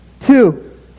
Two